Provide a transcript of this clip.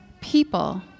people